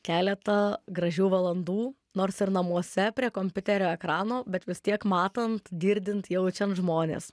keletą gražių valandų nors ir namuose prie kompiuterio ekrano bet vis tiek matant girdint jaučiant žmones